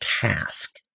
task